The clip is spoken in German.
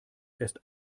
erst